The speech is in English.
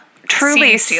Truly